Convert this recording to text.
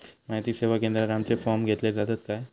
माहिती सेवा केंद्रात आमचे फॉर्म घेतले जातात काय?